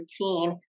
routine